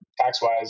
tax-wise